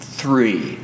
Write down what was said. three